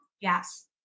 Yes